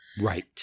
Right